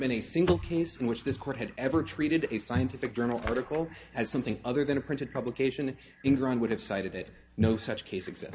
been a single case in which this court had ever treated a scientific journal article as something other than a printed publication ingrown would have cited it no such case exist